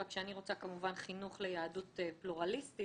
רק שאני רוצה כמובן חינוך ליהדות פלורליסטית,